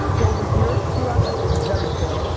go over here, d-rock. ah this is very faint,